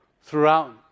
throughout